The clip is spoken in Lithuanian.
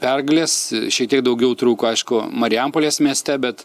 pergalės šiek tiek daugiau trūko aišku marijampolės mieste bet